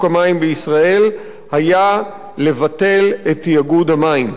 המים בישראל הוא לבטל את תאגידי המים.